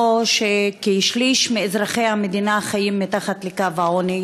מצוין בו שכשליש מאזרחי המדינה חיים מתחת לקו העוני,